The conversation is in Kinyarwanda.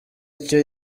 icyo